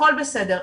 הכל בסדר.